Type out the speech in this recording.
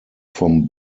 vom